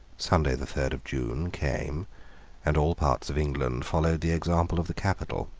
sunday the third of june came and all parts of england followed the example of the capital.